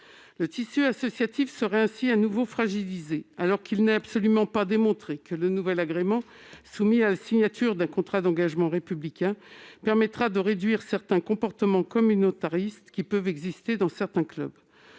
Le tissu associatif serait ainsi de nouveau fragilisé, alors qu'il n'est absolument pas démontré que le nouvel agrément soumis à la signature d'un contrat d'engagement républicain permettra de réduire les comportements communautaristes qui peuvent exister dans certains clubs.